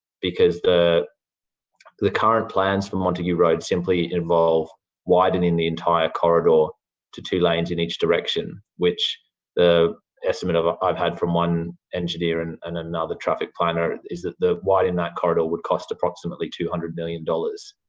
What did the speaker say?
because the the current plans for montague road simply involve widening the entire corridor to two lanes in each direction which the estimate i've ah i've had from one engineer and and another traffic planner is that widening that corridor would cost approximately two hundred million dollars.